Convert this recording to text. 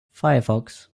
firefox